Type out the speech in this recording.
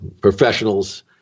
professionals